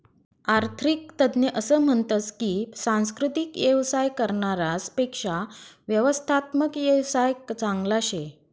आरर्थिक तज्ञ असं म्हनतस की सांस्कृतिक येवसाय करनारास पेक्शा व्यवस्थात्मक येवसाय चांगला शे